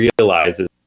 realizes